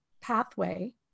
pathway